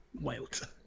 wild